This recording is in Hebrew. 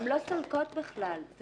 הן לא סולקות בכלל.